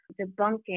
debunking